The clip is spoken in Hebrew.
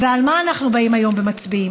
ועל מה אנחנו באים היום ומצביעים?